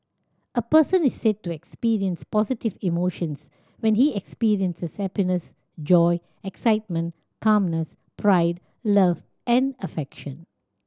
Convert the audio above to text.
a person is said to experience positive emotions when he experiences happiness joy excitement calmness pride love and affection